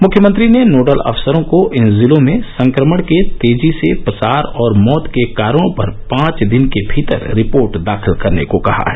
मुख्यमंत्री ने नोडल अफसरों को इन जिलों में संक्रमण के तेजी से प्रसार और मौत के कारणों पर पांच दिन के भीतर रिपोर्ट दाखिल करने को कहा है